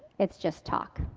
it's just talk.